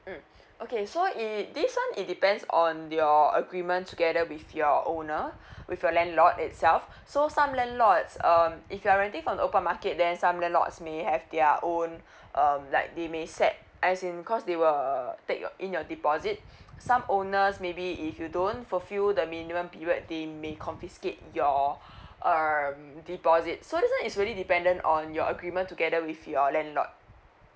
mm okay so i~ this one it depends on your agreement together with your owner with your landlord itself so some landlords um if you're renting from the open market there's some landlords may have their own um like they may set as in cause they will take your in your deposit some owners maybe if you don't fulfil the minimum period they may confiscate your um deposit so this one is really dependent on your agreement together with your landlord